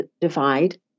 divide